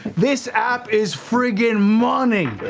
this app is frigging money.